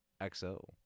XO